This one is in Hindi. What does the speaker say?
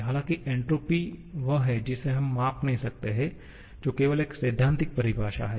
हालाँकि एन्ट्रापी वह है जिसे हम माप नहीं सकते हैं जो केवल एक सैद्धांतिक परिभाषा है